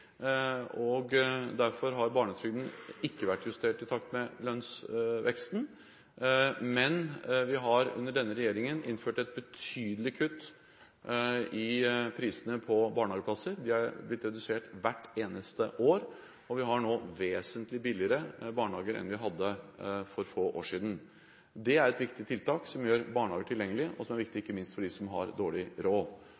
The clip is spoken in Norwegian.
og derfor har barnetrygden ikke vært justert i takt med lønnsveksten. Men vi har under denne regjeringen innført et betydelig kutt i prisen på barnehageplasser. Den har blitt redusert hvert eneste år. Vi har nå vesentlig billigere barnehager enn vi hadde for få år siden. Det er et viktig tiltak som gjør barnehager tilgjengelige, og som er viktig